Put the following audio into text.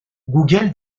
گوگل